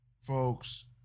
folks